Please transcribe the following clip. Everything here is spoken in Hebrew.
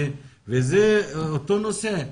זה אותו נושא,